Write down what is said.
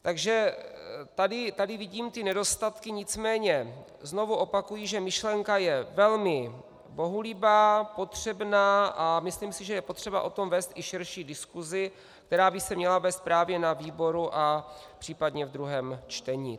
Takže tady vidím ty nedostatky, nicméně znovu opakuji, že myšlenka je velmi bohulibá, potřebná, a myslím si, že je potřeba o tom vést i širší diskusi, která by se měla vést právě na výboru a případně v druhém čtení.